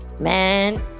Man